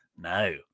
no